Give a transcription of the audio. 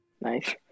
Nice